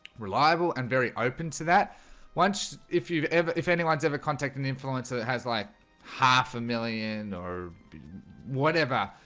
reliable and very open to that once if you ever if anyone's ever contacting the influence that has like half a million or whatever,